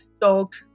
dog